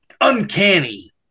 uncanny